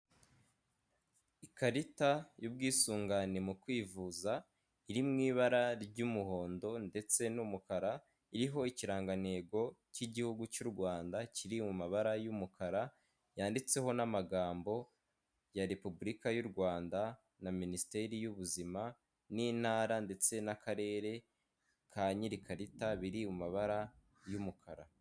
Ikarita y'ubwisungane mu kwivuza iri mu ibara ry'umuhondo ndetse n'umukara, iriho ikirangantego k'igihugu cy'u Rwanda, kiri mu mabara y'umukara yanditseho n'amagambo ya repubulika y'u Rwanda, na minisiteri y'ubuzima n'intara ndetse n'akarere ka nyiri ikarita biri mu mabara y'umukara.